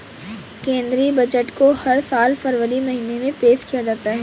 केंद्रीय बजट को हर साल फरवरी महीने में पेश किया जाता है